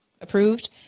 approved